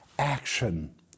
action